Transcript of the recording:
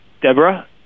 Deborah